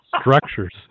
structures